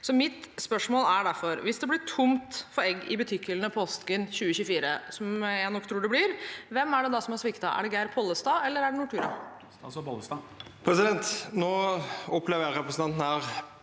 Mitt spørsmål er derfor: Hvis det blir tomt for egg i butikkhyllene påsken 2024 – som jeg nok tror det blir – hvem er det da som har sviktet? Er det Geir Pollestad, eller er det Nortura?